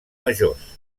majors